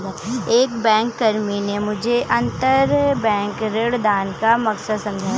एक बैंककर्मी ने मुझे अंतरबैंक ऋणदान का मकसद समझाया